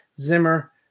Zimmer